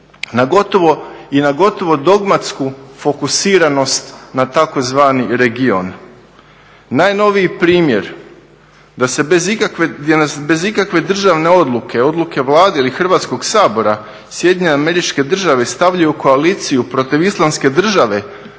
i na gotovo dogmatsku fokusiranost na tzv. region. Najnoviji primjer gdje nas bez ikakve državne odluke, odluke Vlade ili Hrvatskog sabora SAD stavljaju u koaliciju protiv islamske države,